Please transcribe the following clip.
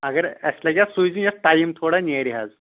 اگر اسہِ لگہِ ہَے سُے زیُن یَتھ ٹایِم تھوڑا نیرِ حظ